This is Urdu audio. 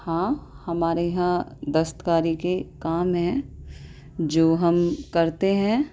ہاں ہمارے یہاں دستکاری کے کام ہیں جو ہم کرتے ہیں